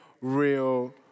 real